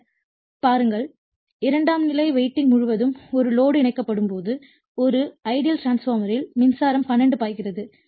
பின்னர் பாருங்கள் இரண்டாம் நிலை வைண்டிங் முழுவதும் ஒரு லோடு இணைக்கப்படும் போது ஒரு ஐடியல் டிரான்ஸ்பார்மர்யில் மின்சாரத்தின் I2 பாய்கிறது